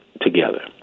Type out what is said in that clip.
together